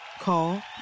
Call